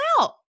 out